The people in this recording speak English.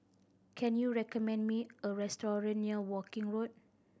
can you recommend me a restaurant near Woking Road